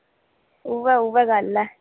उ'ऐ उ'ऐ गल्ल ऐ